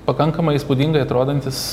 pakankamai įspūdingai atrodantis